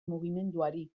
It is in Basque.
mugimenduari